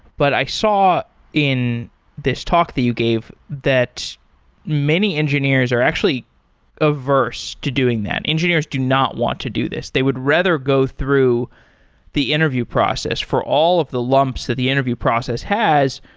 but i saw in this talk that you gave that many engineers are actually averse to doing that. engineers do not want to do this. they would rather go through the interview process for all of the lumps that the interview process has.